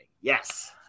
Yes